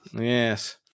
Yes